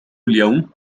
اليوم